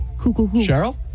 cheryl